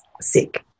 sick